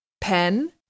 pen